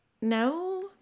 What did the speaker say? no